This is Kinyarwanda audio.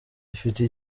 ifite